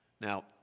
Now